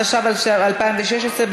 התשע"ו 2016,